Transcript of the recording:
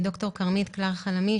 ד"ר כרמית קלר-חלמיש,